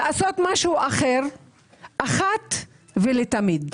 לעשות משהו אחר אחת ולתמיד.